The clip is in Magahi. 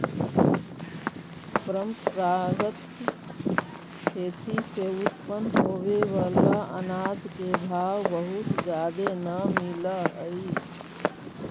परंपरागत खेती से उत्पन्न होबे बला अनाज के भाव बहुत जादे न मिल हई